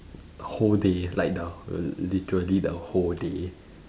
whole day like the err literally the whole day